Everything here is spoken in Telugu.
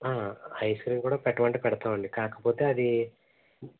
ఐస్ క్రీమ్ కూడా పెట్టమంటే పెడతామండి కాకపోతే అదీ